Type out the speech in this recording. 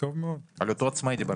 על אותו עצמאי.